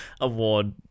award